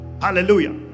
Hallelujah